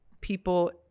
people